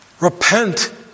Repent